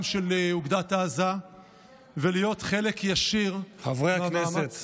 של אוגדת עזה ולהיות חלק ישיר מהמאמץ,